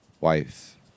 wife